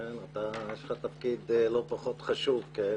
לך יש תפקיד לא פחות חשוב.